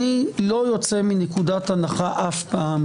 אני לא יוצא מנקודת הנחה אף פעם,